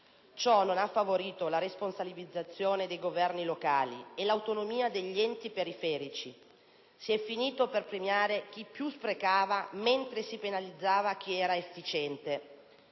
Ciò non ha favorito la responsabilizzazione dei governi locali e l'autonomia degli enti periferici: si è finito per premiare chi più sprecava, mentre si penalizzava chi era efficiente.